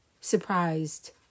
surprised